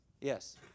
Yes